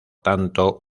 tanto